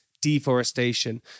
deforestation